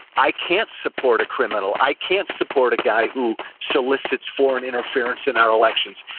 i can't support a criminal. i can't support a guy who solicits foreign interference in our elections.